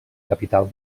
capital